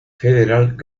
federal